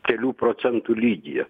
kelių procentų lygyje